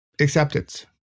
acceptance